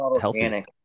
healthy